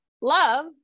love